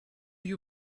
you